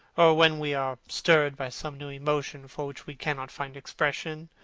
or when we are stirred by some new emotion for which we cannot find expression,